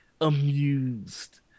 amused